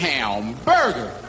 Hamburger